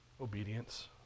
Obedience